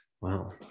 Wow